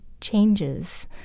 changes